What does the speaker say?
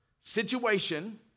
situation